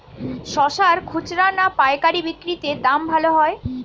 শশার খুচরা না পায়কারী বিক্রি তে দাম ভালো হয়?